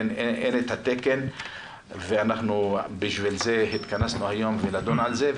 אין את התקן ובשביל זה אנחנו התכנסנו היום לדון בזה.